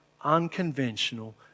unconventional